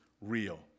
real